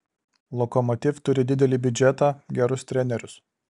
lokomotiv turi didelį biudžetą gerus trenerius